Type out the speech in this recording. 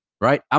right